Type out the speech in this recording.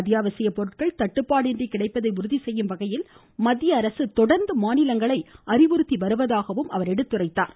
அத்யாவசியப்பொருட்கள் தட்டுப்பாடு இன்றி கிடைப்பதை உறுதி செய்யும் வகையில் மத்திய அரசு தொடர்ந்து மாநிலங்களை அறிவுறுத்தி வருவதாகவும் கூறினார்